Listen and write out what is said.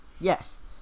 Yes